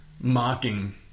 mocking